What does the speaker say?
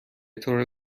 طور